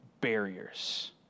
barriers